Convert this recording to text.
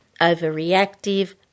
overreactive